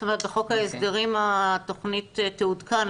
זאת אומרת בחוק ההסדרים התוכנית תעודכן,